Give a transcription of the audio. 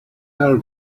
tell